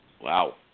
Wow